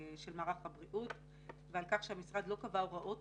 הבריאות ועל כך שהמשרד לא קבע הוראות